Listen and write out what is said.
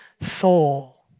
soul